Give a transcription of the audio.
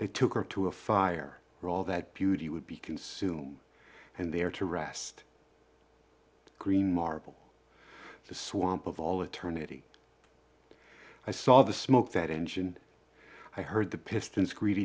they took her to a fire or all that beauty would be consumed and there to rest green marble the swamp of all eternity i saw the smoke that engine i heard the pistons greet